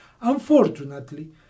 Unfortunately